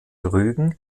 rügen